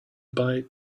bite